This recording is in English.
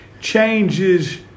changes